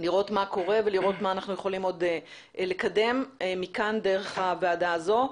לראות מה קורה ולראות מה אנחנו יכולים עוד לקדם מכאן דרך הוועדה הזו.